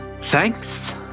thanks